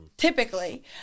Typically